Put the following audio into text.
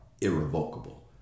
irrevocable